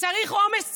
צריך אומץ ציבורי,